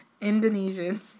Indonesian